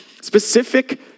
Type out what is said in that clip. specific